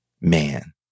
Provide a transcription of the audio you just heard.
Man